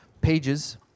pages